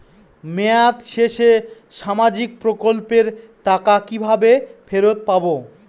মেয়াদ শেষে সামাজিক প্রকল্পের টাকা কিভাবে ফেরত পাবো?